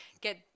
get